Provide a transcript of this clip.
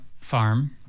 farm